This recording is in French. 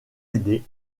aidés